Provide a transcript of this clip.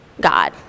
God